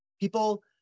people